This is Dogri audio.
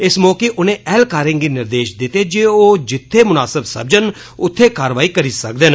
इस मौके उनें ऐह्लकारें गी निर्देष दित्ते जे ओह जित्थे मुनासिब समझन उत्थे कार्रवाई करी सकदे न